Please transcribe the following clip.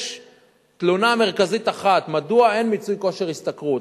יש תלונה מרכזית אחת: מדוע אין מיצוי כושר השתכרות?